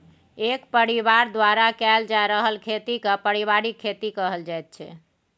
एक परिबार द्वारा कएल जा रहल खेती केँ परिबारिक खेती कहल जाइत छै